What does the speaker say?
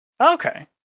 Okay